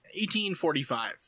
1845